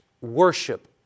worship